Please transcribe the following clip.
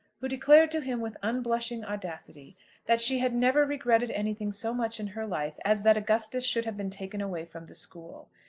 who declared to him with unblushing audacity that she had never regretted anything so much in her life as that augustus should have been taken away from the school.